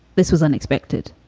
this was unexpected,